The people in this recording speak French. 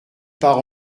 part